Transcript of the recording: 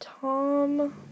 Tom